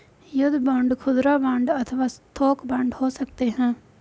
युद्ध बांड खुदरा बांड अथवा थोक बांड हो सकते हैं